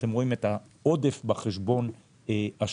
אתם רואים את העודף בחשבון השוטף.